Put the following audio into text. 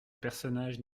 personnage